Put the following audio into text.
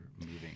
moving